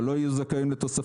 אבל לא יהיו זכאים לתוספות,